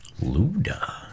Luda